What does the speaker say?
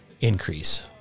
increase